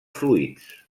fluids